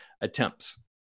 attempts